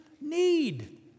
need